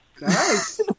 Nice